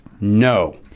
No